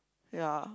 ya